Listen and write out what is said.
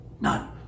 None